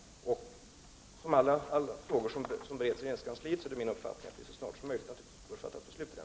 Som när det gäller alla frågor som bereds inom regeringskansliet är det min förhoppning att vi så snart som möjligt kan fatta beslut.